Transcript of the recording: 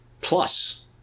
Plus